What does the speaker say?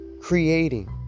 creating